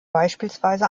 beispielsweise